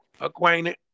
Acquainted